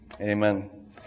Amen